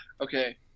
okay